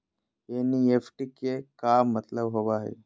NEFT के का मतलव होव हई?